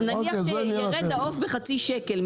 נניח שירד העוף בחצי שקל,